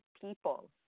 people